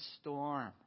storm